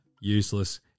useless